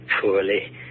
Poorly